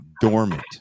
dormant